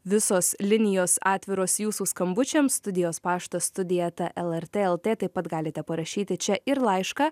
visos linijos atviros jūsų skambučiams studijos paštas studija eta lrt lt taip pat galite parašyti čia ir laišką